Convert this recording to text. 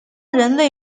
人类